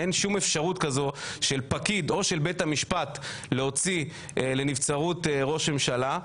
אין שום אפשרות כזו של פקיד או של בית המשפט להוציא לנבצרות ראש ממשלה,